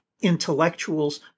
intellectuals